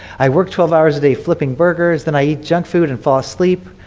i work twelve hours a day flipping burgers. then i eat junk food and fall asleep.